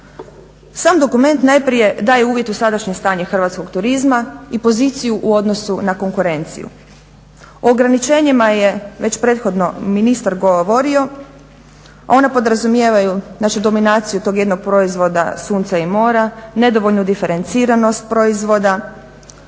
Sam dokument najprije daje uvid u sadašnje stanje hrvatskog turizma i poziciju u odnosu na konkurenciju. O ograničenjima je već prethodno ministar govorio. Ona podrazumijevaju našu dominaciju tog jednog proizvoda sunca i mora, nedovoljnu diferenciranost proizvoda,